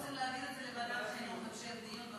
אנחנו רוצים להעביר את זה להמשך דיון בוועדת החינוך.